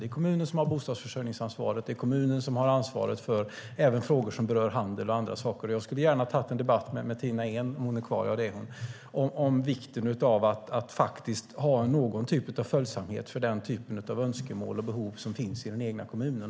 Det är kommunen som har bostadsförsörjningsansvaret, och det är kommunen som har ansvaret även för frågor som berör handel och andra saker. Jag skulle gärna ha tagit en debatt med Tina Ehn om vikten av att ha någon typ av följsamhet mot den typ av önskemål och behov som finns i den egna kommunen.